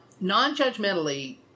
non-judgmentally